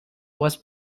was